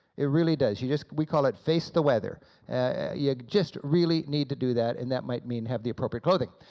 it really does. you just we call it face the weather, and you just really need to do that, and that might mean have the appropriate clothing.